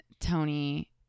Tony –